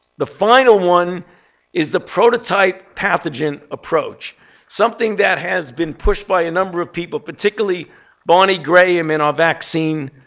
the final one is the prototype pathogen approach something that has been pushed by a number of people, particularly barney graham in our vaccine